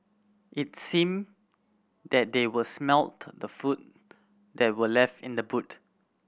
it seemed that they were smelt the food that were left in the boot